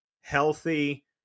healthy